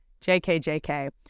jkjk